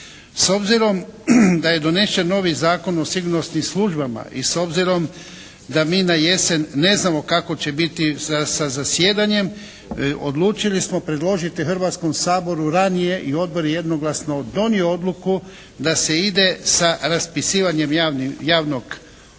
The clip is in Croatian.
S obzirom da je donesen novi Zakon o sigurnosnim službama i s obzirom da mi na jesen ne znamo kako će biti sa zasjedanjem odlučili smo predložiti Hrvatskom saboru ranije i Odbor je jednoglasno donio odluku da se ide sa raspisivanjem javnog poziva